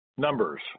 Numbers